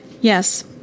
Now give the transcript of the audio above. Yes